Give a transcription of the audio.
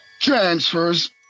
Transfers